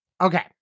Okay